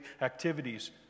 activities